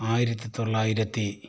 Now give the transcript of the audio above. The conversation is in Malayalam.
ആയിരത്തി തൊള്ളായിരത്തി